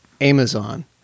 Amazon